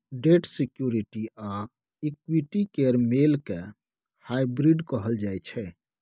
date security आ equity केर मेल केँ हाइब्रिड कहल जाइ छै